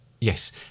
Yes